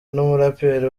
n’umuraperi